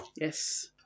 Yes